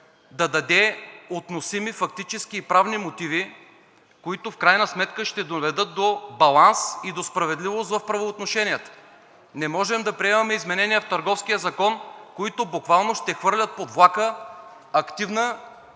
да даде относими фактически и правни мотиви, които в крайна сметка ще доведат до баланс и до справедливост в правоотношенията. Не можем да приемаме изменения в Търговския закон, които буквално ще хвърлят под влака активна,